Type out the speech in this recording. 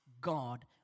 God